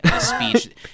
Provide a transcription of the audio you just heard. speech